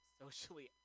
socially